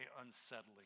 unsettling